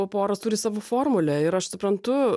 poros turi savo formulę ir aš suprantu